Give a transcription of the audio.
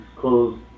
closed